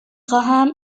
خواهم